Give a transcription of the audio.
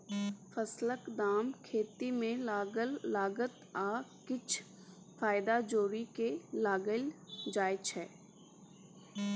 फसलक दाम खेती मे लागल लागत आ किछ फाएदा जोरि केँ लगाएल जाइ छै